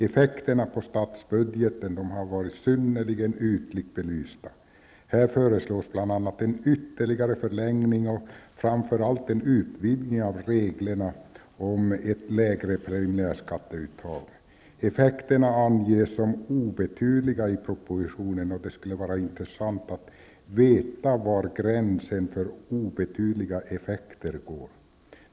Effekterna på statsbudgeten har varit synnerligen ytligt belysta. Här föreslås bl.a. en ytterligare förlängning och framför allt en utvidgning av reglerna om ett lägre preliminärskatteuttag. Effekterna anges som obetydliga i propositionen, och det skulle vara intressant att veta var gränsen för obetydliga effekter går.